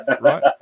right